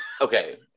Okay